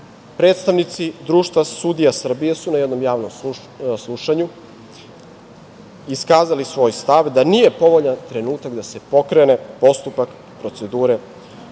Predstavnici Društva sudija Srbije su na jednom javnom slušanju iskazali svoj stav da nije povoljan trenutak da se pokrene postupak procedure promene